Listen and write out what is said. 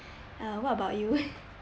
uh what about you